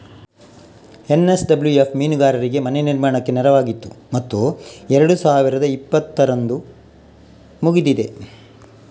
NSWF ಮೀನುಗಾರರಿಗೆ ಮನೆ ನಿರ್ಮಾಣಕ್ಕೆ ನೆರವಾಗಿತ್ತು ಮತ್ತು ಎರಡು ಸಾವಿರದ ಇಪ್ಪತ್ತರಂದು ಮುಗಿದಿದೆ